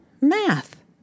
math